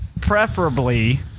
Preferably